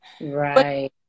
Right